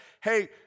Hey